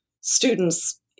students